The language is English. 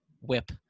whip